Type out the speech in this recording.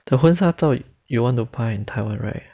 the 婚纱照 you want to 拍 in taiwan right